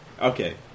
Okay